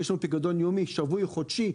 יש לנו פיקדון יומי, שבועי, חודשי.